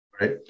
Right